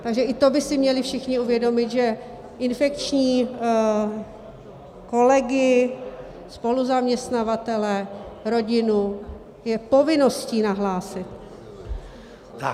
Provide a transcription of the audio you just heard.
Takže i to by si měli všichni uvědomit, že infekční kolegy, spoluzaměstnavatele, rodinu je povinností nahlásit.